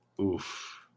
Oof